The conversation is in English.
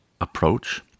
approach